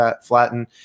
flatten